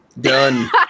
done